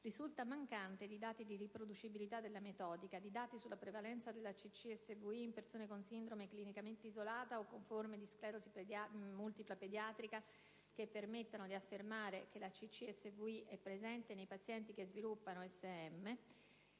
risulta mancante di dati di riproducibilità della metodica, di dati sulla prevalenza della CCSVI in persone con sindrome clinicamente isolata o con forme di sclerosi multipla pediatrica che permettano di affermare che la CCSVI è presente nei pazienti che sviluppano